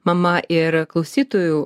mama ir klausytojų